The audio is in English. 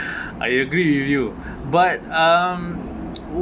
I agree with you but um